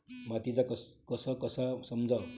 मातीचा कस कसा समजाव?